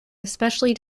especially